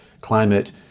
climate